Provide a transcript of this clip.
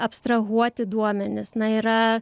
abstrahuoti duomenis na yra